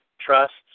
trusts